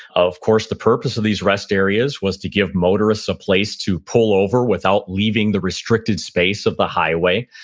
of course, the purpose of these rest areas was to give motorists a place to pull over without leaving the restricted space of the highway.